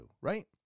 right